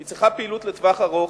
היא צריכה פעילות לטווח ארוך,